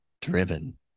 driven